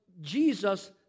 Jesus